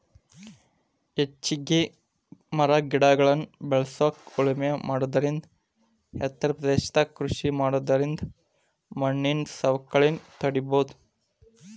ಹೆಚ್ಚಿಗಿ ಮರಗಿಡಗಳ್ನ ಬೇಳಸ್ಬೇಕು ಉಳಮೆ ಮಾಡೋದರಿಂದ ಎತ್ತರ ಪ್ರದೇಶದಾಗ ಕೃಷಿ ಮಾಡೋದರಿಂದ ಮಣ್ಣಿನ ಸವಕಳಿನ ತಡೇಬೋದು